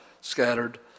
scattered